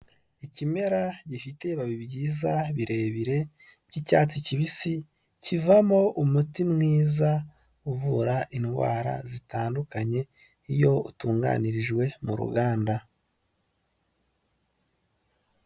Ikimera gifite ibibabi byiza, birebire by'icyatsi kibisi, kivamo umuti mwiza uvura indwara zitandukanye iyo utunganirijwe mu ruganda.